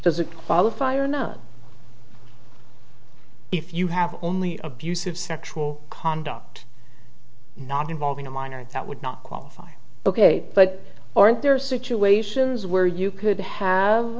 qualify or not if you have only abusive sexual conduct not involving a minor that would not qualify ok but aren't there are situations where you could have